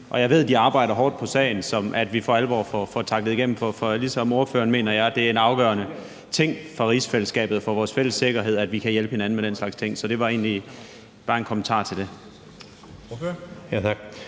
så jeg håber, at det er en dagsorden, vi for alvor får tacklet igennem. For ligesom ordføreren mener jeg, at det er en afgørende ting for rigsfællesskabet og for vores fælles sikkerhed, at vi kan hjælpe hinanden med den slags ting. Så det var egentlig bare en kommentar til det.